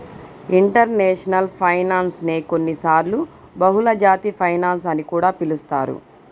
international finance నే కొన్నిసార్లు బహుళజాతి ఫైనాన్స్ అని కూడా పిలుస్తారు